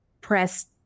press